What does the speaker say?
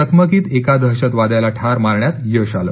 चकमकीत एका दहशतवाद्याला ठार मारण्यात यश आलं